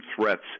threats